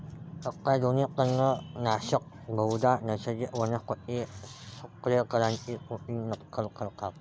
आधुनिक तणनाशके बहुधा नैसर्गिक वनस्पती संप्रेरकांची कृत्रिम नक्कल करतात